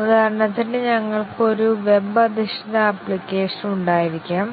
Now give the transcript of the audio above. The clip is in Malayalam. ഉദാഹരണത്തിന് ഞങ്ങൾക്ക് ഒരു വെബ് അധിഷ്ഠിത ആപ്ലിക്കേഷൻ ഉണ്ടായിരിക്കാം